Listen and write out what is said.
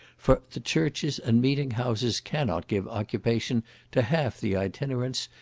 for the churches and meeting-houses cannot give occupation to half the itinerants,